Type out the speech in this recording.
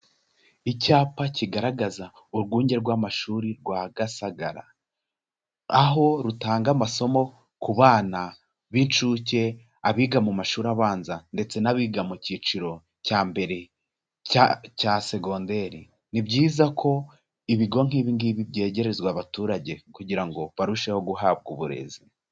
Icyapa kigaragaza urwunge rw'amashuri rwa Gasagara aho rutanga amasomo ku bana b'incuke, abiga mu mashuri abanza ndetse n'abiga mu kiciro cya mbere cya segonderi, ni byiza ko ibigo nk'ibi ngibi byegerezwa abaturage kugira ngo barusheho guhabwa uburezi.